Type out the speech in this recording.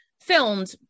filmed